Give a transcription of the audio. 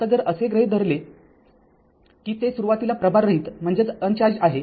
आता जर असे गृहीत धरले जात असेल कि ते सुरुवातीला प्रभाररहित आहे म्हणजे v0० आहे